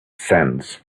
sands